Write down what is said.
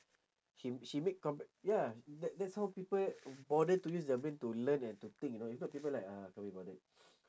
she she make comp~ ya that that's how people bother to use their brain to learn and to think you know if not people like ah can't be bothered